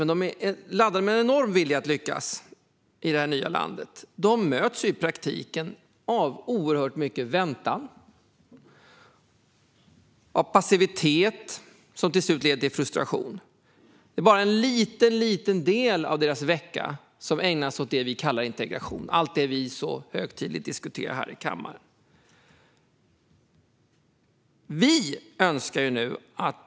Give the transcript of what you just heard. Men i praktiken möts de av oerhört mycket väntan och av passivitet som till slut leder till frustration. Bara en liten del av veckan ägnas åt det vi kallar integration - allt det vi så högtidligt diskuterar här i kammaren.